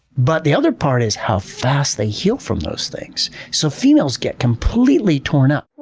but the other part is how fast they heal from those things. so females get completely torn up,